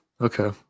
Okay